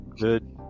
Good